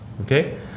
Okay